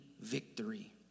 victory